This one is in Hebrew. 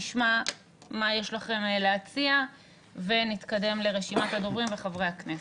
נשמע מה יש לכם להציע ונתקדם לרשימת הדוברים וחברי הכנסת.